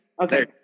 Okay